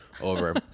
over